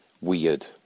weird